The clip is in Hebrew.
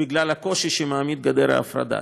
בגלל הקושי שמעמידה גדר ההפרדה.